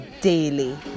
daily